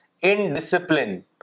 indiscipline